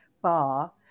bar